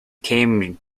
came